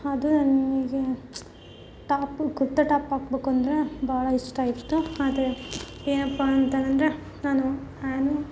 ಅದು ನನಗೆ top kurta top ಹಾಕ್ಬೇಕು ಅಂದ್ರೆ ಬಹಳ ಇಷ್ಟ ಇತ್ತು ಆದರೆ ಏನಪ್ಪ ಅಂತಂದರೆ ನಾನು ನಾನು